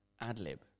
ad-lib